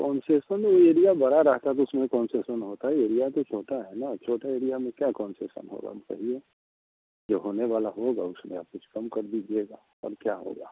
concession area बड़ा रहता है तो उसमें कंसेशन होता है एरिया तो छोटा है ना छोटे एरिया में क्या कंसेशन होगा बताइए जो होने वाला होगा उसमें आप कुछ काम कर दीजिएगा और क्या होगा